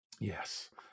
Yes